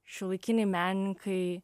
šiuolaikiniai menininkai